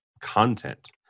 content